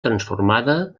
transformada